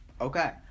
Okay